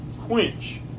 quench